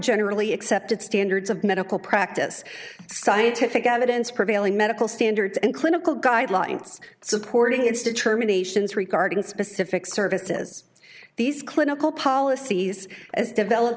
generally accepted standards of medical practice scientific evidence prevailing medical standards and clinical guidelines supporting its determinations regarding specific services these clinical policies as developed